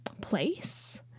place